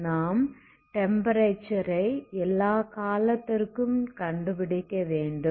நாம் டெம்ப்பரேச்சர் ஐ எல்லா காலத்திற்கும் கண்டுபிடிக்க வேண்டும்